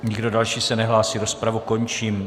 Nikdo další se nehlásí, rozpravu končím.